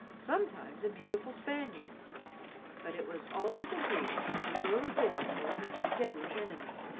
sometimes a beautiful spaniard but it was always agreed that the earl of dorincourt was her deadly enemy,